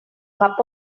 cup